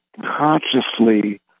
consciously